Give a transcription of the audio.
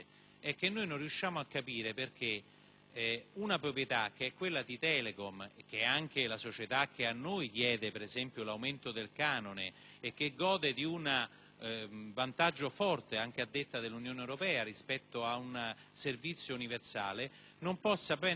una proprietà che è di Telecom - società che a noi chiede, ad esempio, l'aumento del canone e che gode di un vantaggio forte, anche a detta dell'Unione europea, rispetto ad un servizio universale - non possa prendere in considerazione proposte costruttive.